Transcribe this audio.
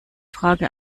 frage